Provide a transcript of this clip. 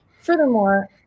furthermore